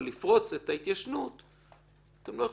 אבל לפרוץ את ההתיישנות אתם לא יכולים.